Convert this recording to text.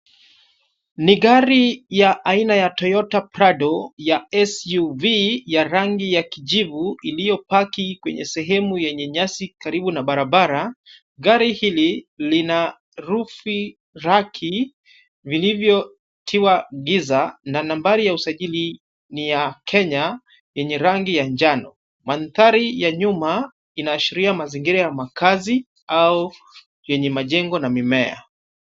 Ni gari ya aina ya Toyota Prado, ya SUV ya rangi ya kijivu iliyopaki kwenye sehemu yenye nyasi karibu na barabara, gari hili lina rufi raki vilivyotiwa giza na nambari ya usajili ni ya Kenya, yenye rangi ya njano. Mandhari ya nyuma inaashiria mazingira ya makaazi au yenye majengo na mimea.